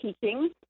teaching